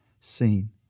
seen